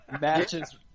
matches